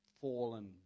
fallen